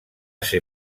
ser